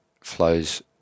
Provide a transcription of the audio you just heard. flows